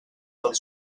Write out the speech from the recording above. del